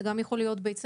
זה יכול להיות בית ספר,